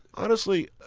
honestly,